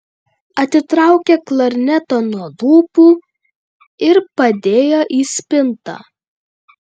atitraukė klarnetą nuo lūpų ir padėjo į spintą